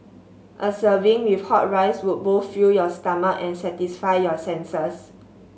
a serving with hot rice would both fill your stomach and satisfy your senses